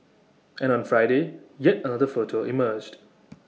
and on Friday yet another photo emerged